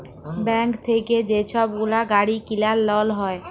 bank থ্যাইকে যে ছব গুলা গাড়ি কিলার লল হ্যয়